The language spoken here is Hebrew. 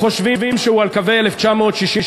חושבים שהוא על קווי 67',